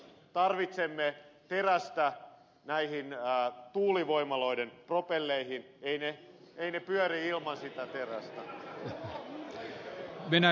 tarvitsemme terästä näihin tuulivoimaloiden propelleihin eivät ne pyöri ilman sitä terästä